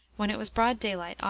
when it was broad daylight,